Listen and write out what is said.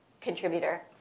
contributor